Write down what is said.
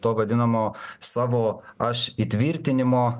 to vadinamo savo aš įtvirtinimo